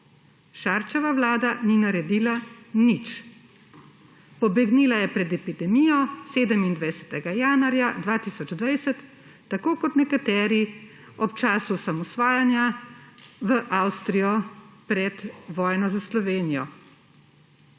Šarčeva vlada ni naredila nič. Pobegnila je pred epidemijo 27. januarja 2020, tako kot nekateri ob času osamosvajanja v Avstrijo pred vojno za Slovenijo.